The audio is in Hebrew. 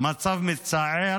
-- מצב מצער.